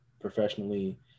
professionally